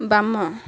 ବାମ